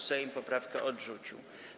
Sejm poprawkę odrzucił.